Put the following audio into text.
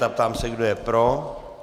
A ptám se, kdo je pro.